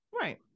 Right